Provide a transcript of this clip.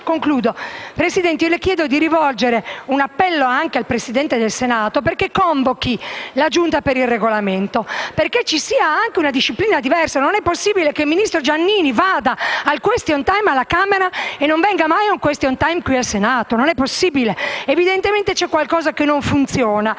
*(Misto)*. Presidente, le chiedo di rivolgere l'appello al Presidente del Senato di convocare la Giunta per il Regolamento perché ci sia una disciplina diversa. Non è possibile che il ministro Giannini vada al *question time* alla Camera e non venga mai qui al Senato. Non è possibile. Evidentemente qualcosa non funziona